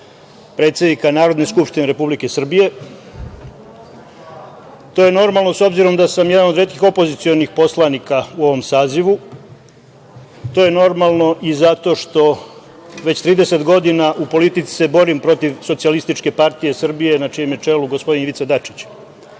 predsednika Narodne skupštine Republike Srbije. To je normalno s obzirom da sam jedan od retkih opozicionih poslanika u ovom sazivu. To je normalno i zato što se već 30 godina borim u politici protiv SPS, na čijem je čelu gospodin Ivica